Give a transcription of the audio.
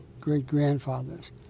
great-grandfather's